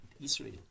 israel